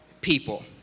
people